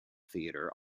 theatre